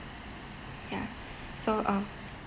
ya so uh